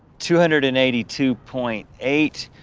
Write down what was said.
two hundred and eighty two point eight,